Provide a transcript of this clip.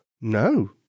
No